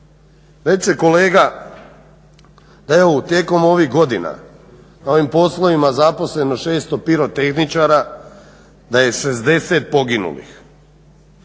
Reče kolega da je tijekom ovih godina na ovim poslovima zaposleno 600 pirotehničara, da je 60 poginulih,